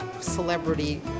celebrity